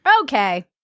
Okay